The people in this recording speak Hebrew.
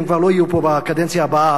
כי הם כבר לא יהיו פה בקדנציה הבאה,